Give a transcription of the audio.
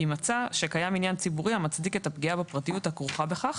אם מצא שקיים עניין ציבורי המצדיק את הפגיעה בפרטיות הכרוכה בכך